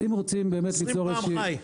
20 פעם ח"י.